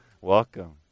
Welcome